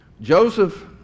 Joseph